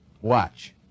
Watch